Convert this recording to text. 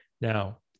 now